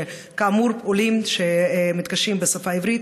כאמור עולים שמתקשים בשפה העברית,